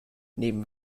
neben